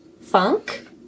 Funk